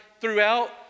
throughout